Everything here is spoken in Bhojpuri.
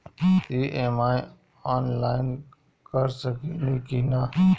ई.एम.आई आनलाइन कर सकेनी की ना?